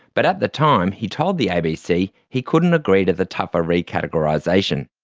but at the time he told the abc he couldn't agree to the tougher re-categorisation.